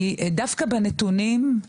דווקא בנתונים, גבירתי,